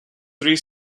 three